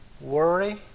worry